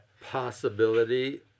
possibility